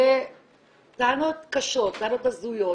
זה טענות קשות, טענות הזויות.